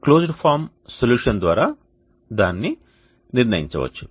closed form solution ద్వారా దానిని నిర్ణయించవచ్చు